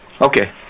Okay